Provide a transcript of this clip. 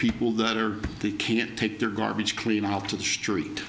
people that are the can't take their garbage clean out to the street